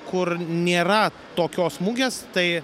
kur nėra tokios mugės tai